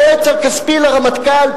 היועץ הכספי לרמטכ"ל,